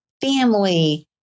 Family